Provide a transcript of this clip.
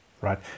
Right